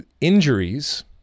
injuries